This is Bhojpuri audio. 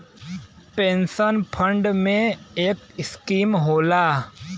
पेन्सन फ़ंड में एक स्कीम होला